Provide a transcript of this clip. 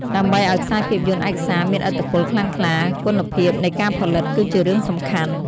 ដើម្បីឱ្យខ្សែភាពយន្តឯកសារមានឥទ្ធិពលខ្លាំងក្លា គុណភាពនៃការផលិតគឺជារឿងសំខាន់។